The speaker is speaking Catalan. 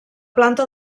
planta